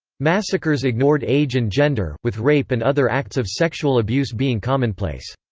massacres ignored age and gender, with rape and other acts of sexual abuse being commonplace.